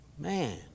Man